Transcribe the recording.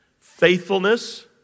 faithfulness